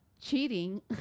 cheating